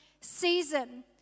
season